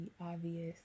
obvious